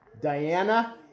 Diana